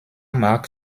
marc